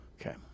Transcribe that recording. Okay